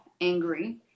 angry